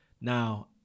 Now